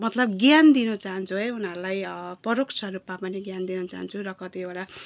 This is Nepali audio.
मतलब ज्ञान दिनु चाहन्छु है उनीहरूलाई परोक्ष रूपमा पनि ज्ञान दिनु चाहन्छु र कतिवटा